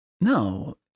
No